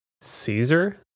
Caesar